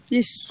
Yes